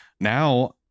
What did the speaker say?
now